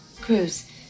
Cruz